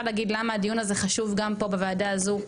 להגיד למה הדיון הזה חשוב גם פה בוועדה הזו,